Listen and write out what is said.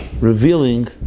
revealing